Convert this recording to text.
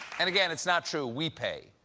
and, again, it's not true. we pay.